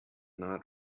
not